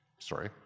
Sorry